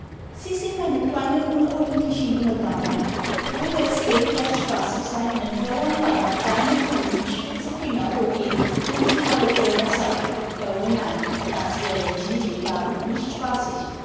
sie sind eine kleine unordentliche junge dame würde es dir vielleicht spaßig sein wenn fräulein raimar deine buch mit spitze finger hoch hielt und sie alle lehrer zeigte o nein das wär dich nicht egal und nicht spaßig